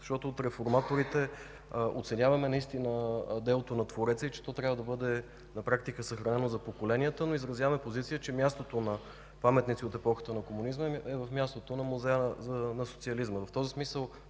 защото от реформаторите оценяваме делото на твореца и че то на практика трябва да бъде съхранено за поколенията, но изразяваме позиция, че мястото на паметници от епохата на комунизма е в Музея на социализма. В този смисъл,